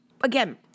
again